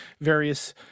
various